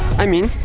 i mean